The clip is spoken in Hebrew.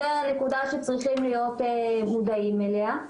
זו נקודה שצריכים להיות מודעים אליה.